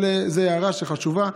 אבל זאת הערה חשובה,